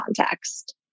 context